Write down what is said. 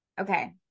okay